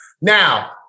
Now